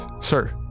sir